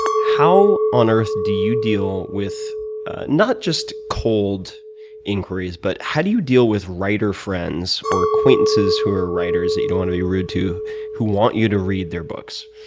how on earth do you deal with not just the cold inquiries but how do you deal with writer-friends or acquaintances who are writers that you don't want to be rude to who want you to read their books?